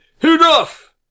Enough